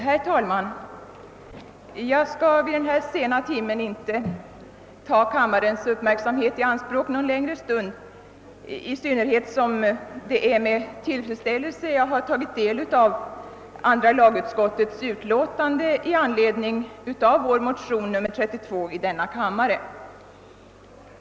Herr talman! Jag skall vid denna sena timme inte ta kammarens uppmärksamhet i anspråk någon längre stund, i synnerhet som jag med tillfredsställelse tagit del av andra lagutskottets utlåtande med anledning av vår motion nr 32 i denna kammare.